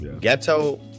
Ghetto